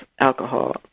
alcohol